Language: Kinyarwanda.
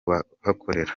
bahakorera